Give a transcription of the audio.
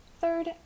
Third